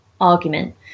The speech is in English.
argument